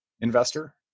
investor